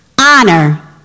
honor